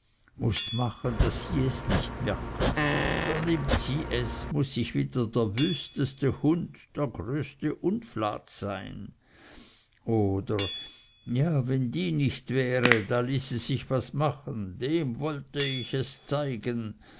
mußt machen daß sie es nicht merkt vernimmt sie es muß ich wieder der wüsteste hund der größte unflat sein oder ja wenn die nicht wäre da ließe sich was machen dem wollte ich es zeigen